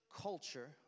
culture